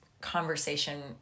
conversation